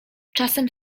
czasem